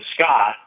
Scott